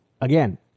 again